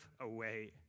away